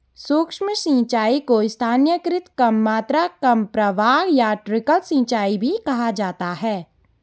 सूक्ष्म सिंचाई को स्थानीयकृत कम मात्रा कम प्रवाह या ट्रिकल सिंचाई भी कहा जाता है